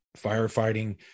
firefighting